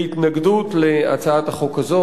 בהתנגדות להצעת החוק הזאת,